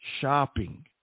shopping